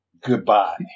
Goodbye